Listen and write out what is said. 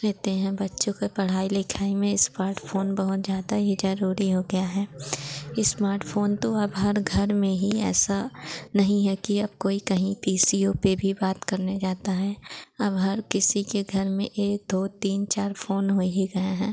लेते हैं बच्चों के पढ़ाई लिखाई में इस्माटफ़ोन बहुत ज़्यादा ही ज़रूरी हो गया है इस्मार्टफ़ोन तो अब हर घर में ही ऐसा नहीं है कि अब कोई कहीं पी सी ओ पर भी बात करने जाता है अब हर किसी के घर में एक दो तीन चार फ़ोन हो ही गए हैं